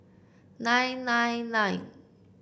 nine nine nine